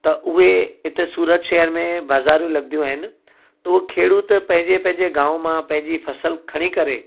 त उहे हिते सूरत शहर में बाज़ारूं लॻंदियूं आहिनि त उहा खेड़ूत पंहिंजे पंहिंजे गांव मां पंहिंजी फ़सुलु खणी करे